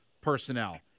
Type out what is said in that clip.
personnel